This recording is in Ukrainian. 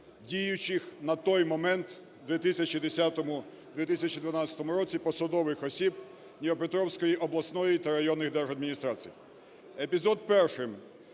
діючих, на той момент в 2010-2012 році, посадових осіб в Дніпропетровської обласної та районної держадміністрації. Епізод перший.